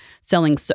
selling